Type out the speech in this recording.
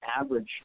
average